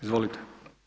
Izvolite.